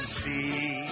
see